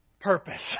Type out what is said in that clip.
purpose